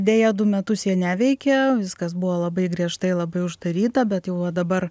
deja du metus jie neveikė viskas buvo labai griežtai labai uždaryta bet jau va dabar